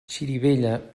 xirivella